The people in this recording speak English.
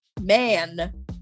man